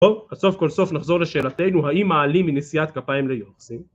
טוב, אז סוף כל סוף נחזור לשאלתנו, האם מעלים מנשיאת כפיים ליורקסים?